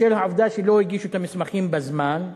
בשל העובדה שלא הגישו את המסמכים בזמן,